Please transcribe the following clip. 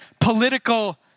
political